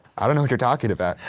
i don't know what you're talking about.